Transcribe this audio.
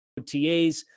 OTAs